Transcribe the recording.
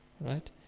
Right